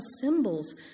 symbols